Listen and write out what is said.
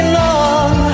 long